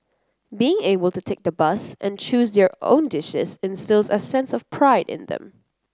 being able to take the bus and choose their own dishes instils a sense of pride in them